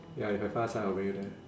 ya if I 发财 I'll bring you there